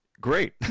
great